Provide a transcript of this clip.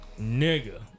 Nigga